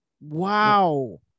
Wow